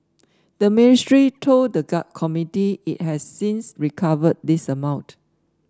the ministry told the committee it has since recovered this amount